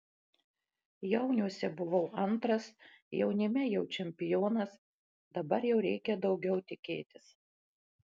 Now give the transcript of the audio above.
jauniuose buvau antras jaunime jau čempionas dabar jau reikia daugiau tikėtis